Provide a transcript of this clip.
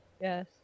Yes